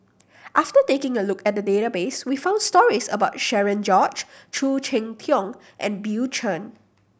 after taking a look at the database we found stories about Cherian George Khoo Cheng Tiong and Bill Chen